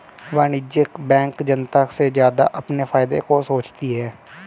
वाणिज्यिक बैंक जनता से ज्यादा अपने फायदे का सोचती है